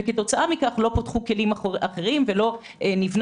וכתוצאה מכך לא פיתחו כלים אחרים וגם לא נבנה